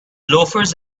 loafers